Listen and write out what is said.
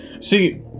See